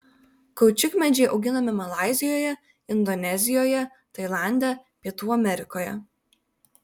kaučiukmedžiai auginami malaizijoje indonezijoje tailande pietų amerikoje